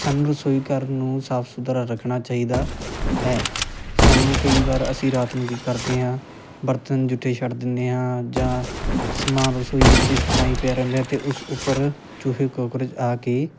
ਸਾਨੂੰ ਰਸੋਈ ਘਰ ਨੂੰ ਸਾਫ ਸੁਥਰਾ ਰੱਖਣਾ ਚਾਹੀਦਾ ਹੈ ਸਾਨੂੰ ਕਈ ਵਾਰ ਅਸੀਂ ਰਾਤ ਨੂੰ ਕੀ ਕਰਦੇ ਹਾਂ ਬਰਤਨ ਜੂਠੇ ਛੱਡ ਦਿੰਦੇ ਹਾਂ ਜਾਂ ਸਮਾਨ ਰਸੋਈ ਵਿੱਚ ਇਸ ਤਰ੍ਹਾਂ ਹੀ ਪਿਆ ਰਹਿੰਦਾ ਅਤੇ ਉਸ ਉੱਪਰ ਚੂਹੇ ਕੋਕਰੋਚ ਆ ਕੇ